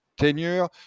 tenure